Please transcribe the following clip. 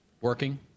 Working